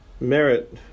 merit